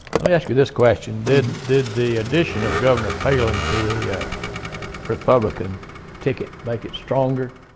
let me ask you this question. did did the addition of governor palin to the republican ticket make it stronger?